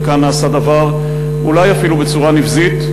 וכאן נעשה דבר אולי אפילו בצורה נבזית,